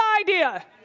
idea